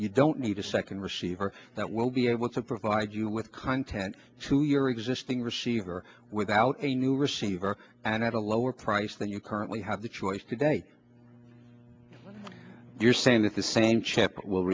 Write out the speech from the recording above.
you don't need a second receiver that will be able to provide you with content to your existing receiver without a new receiver and at a lower price than you currently have the choice today you're saying that the same chip will